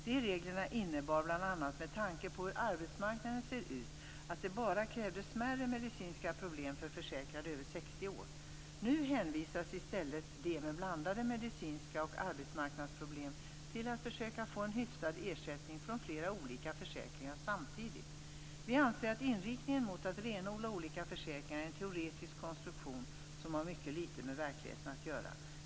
De reglerna innebar, bl.a. med tanke på hur arbetsmarknaden ser ut, att det bara krävdes smärre medicinska problem för försäkrade över 60 år. Nu hänvisas i stället de med blandade medicinska problem och arbetsmarknadsproblem till att försöka få en hyfsad ersättning från flera olika försäkringar samtidigt. Vi anser att inriktningen mot att renodla olika försäkringar är en teoretisk konstruktion, som har mycket litet med verkligheten att göra.